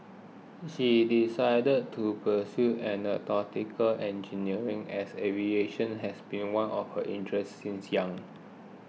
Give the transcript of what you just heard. she decided to pursue Aeronautical Engineering as aviation has been one of her interests since young